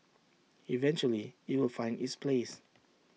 eventually IT will find its place